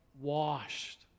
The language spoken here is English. washed